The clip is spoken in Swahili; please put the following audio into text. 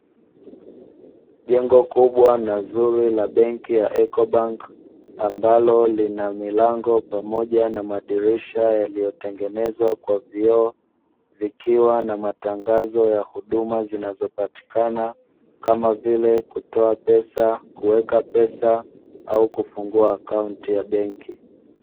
Jengo kubwa na zuri la benki ya "Ecobank" ambalo lina milango pamoja na madirisha yaliyotengenezwa kwa vioo, vikiwa na matangazo ya huduma zinazopatikana kama vile kutoa pesa, kuweka pesa au kufungua akaunti ya benki.